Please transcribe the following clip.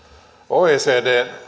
oecdn